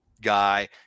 guy